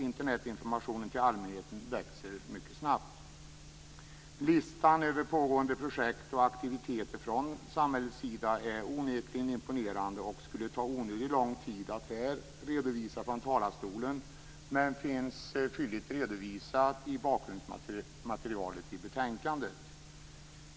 Internetinformationen till allmänheten växer mycket snabbt. Listan över pågående projekt och aktiviteter från samhällets sida är onekligen imponerande, och det skulle ta onödigt lång tid att här från talarstolen redovisa dem. Men bakgrundsmaterialet finns fylligt redovisat i betänkandet.